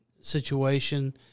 situation